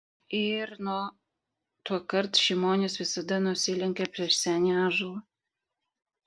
ir nuo tuokart šimonis visada nusilenkia prieš senį ąžuolą